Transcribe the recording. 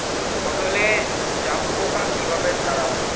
ফসলে জাবপোকা কিভাবে তাড়াব?